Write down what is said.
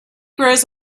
grows